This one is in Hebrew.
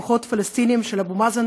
לפחות ברשתות הערביות,